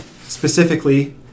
specifically